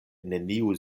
neniu